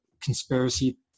conspiracy